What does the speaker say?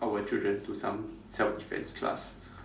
our children to some self defence class